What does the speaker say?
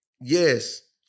yes